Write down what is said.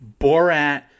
Borat